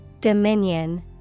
Dominion